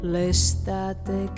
L'estate